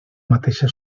mateixa